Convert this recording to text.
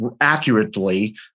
accurately